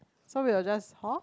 so we will just horn